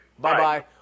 Bye-bye